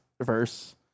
verse